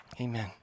amen